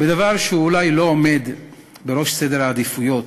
בדבר שאולי לא עומד בראש סדר העדיפויות,